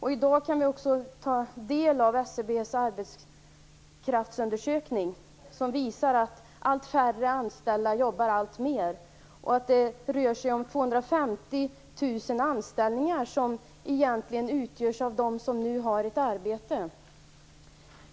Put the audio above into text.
I dag kan vi också ta del av SCB:s arbetskraftsundersökning, som visar att allt färre anställda jobbar alltmer. Arbete motsvarande ytterligare 250 000 anställningar utförs av dem som nu har ett arbete.